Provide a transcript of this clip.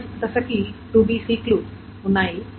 merge దశ కి 2b సీక్ లు ఉన్నాయి